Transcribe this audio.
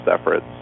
efforts